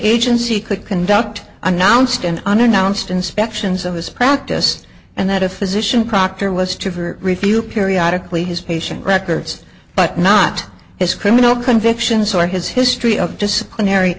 agency could conduct announced an unannounced inspections of his practice and that a physician proctor was too for review periodic lee his patient records but not his criminal convictions or his history of disciplinary